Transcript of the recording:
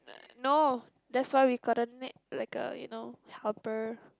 n~ no that's why we got the ne~ like a you know helper